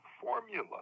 formula